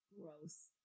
gross